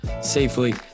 safely